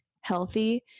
healthy